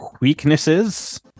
weaknesses